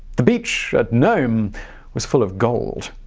the beach nome was full of gold.